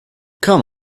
come